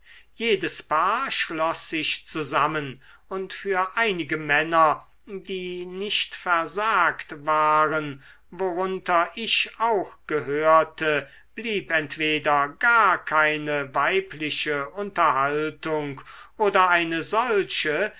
jedes paar schloß sich zusammen und für einige männer die nicht versagt waren worunter ich auch gehörte blieb entweder gar keine weibliche unterhaltung oder eine solche